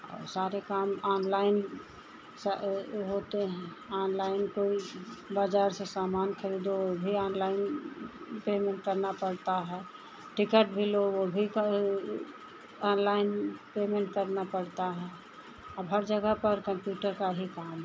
और सारे काम ऑनलाइन से होते हैं आनलाइन कोई बाज़ार से सामान खरीदो वह भी ऑनलाइन पेमेन्ट करना पड़ता है टिकट भी लो वह भी ऑनलाइन पेमेन्ट करना पड़ता है अब हर जगह पर कंप्यूटर का ही काम है